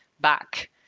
back